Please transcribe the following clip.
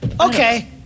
Okay